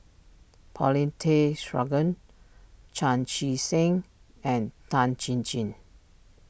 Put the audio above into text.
Paulin Tay Straughan Chan Chee Seng and Tan Chin Chin